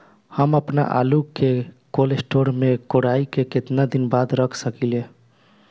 हम आपनआलू के कोल्ड स्टोरेज में कोराई के केतना दिन बाद रख साकिले?